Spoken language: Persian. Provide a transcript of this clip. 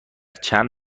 چند